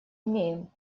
имеем